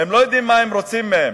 הם לא יודעים מה רוצים מהם.